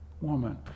woman